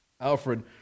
Alfred